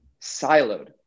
siloed